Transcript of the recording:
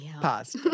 Pause